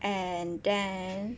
and then